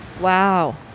Wow